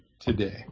today